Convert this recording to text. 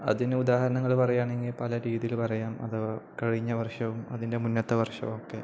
അതിന് ഉദാഹരണങ്ങള് പറയുകയാണെങ്കില് പല രീതിയില് പറയാം അഥവാ കഴിഞ്ഞ വർഷവും അതിൻ്റെ മുന്നത്തെ വർഷവും ഒക്കെ